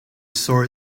saw